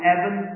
Evan